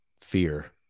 fear